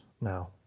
now